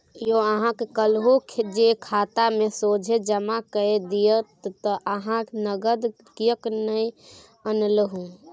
यौ अहाँक कहलहु जे खातामे सोझे जमा कए दियौ त अहाँ नगद किएक आनलहुँ